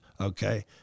okay